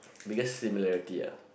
biggest similarity ah